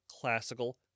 classical